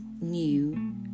New